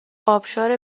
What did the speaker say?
آبشار